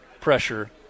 pressure